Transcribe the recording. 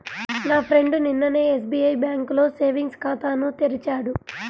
నా ఫ్రెండు నిన్ననే ఎస్బిఐ బ్యేంకులో సేవింగ్స్ ఖాతాను తెరిచాడు